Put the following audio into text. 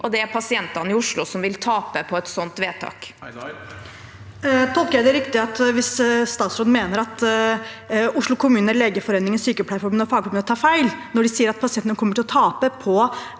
og det er pasientene i Oslo som vil tape på et sånt vedtak. Seher Aydar (R) Tolker jeg det riktig at statsråden mener at Oslo kommune, Legeforeningen, Sykepleierforbundet og fagmiljøet tar feil når de sier at pasientene kommer til å tape på